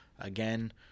again